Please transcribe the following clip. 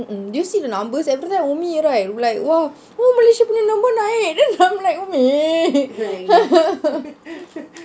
mm mm did you see the numbers everytime umi right like !whoa! !wah! malaysia punya numbers naik then I'm like umi